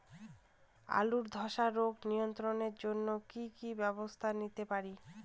আলুর ধ্বসা রোগ নিয়ন্ত্রণের জন্য কি কি ব্যবস্থা নিতে পারি?